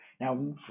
Now